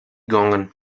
gongen